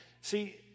See